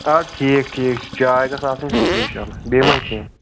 اَدٕ ٹھیٖک ٹھیٖک چھُ چاے گَژھِ آسٕنۍ سُپیٚشل بیٚیہِ ما کیٚنٛہہ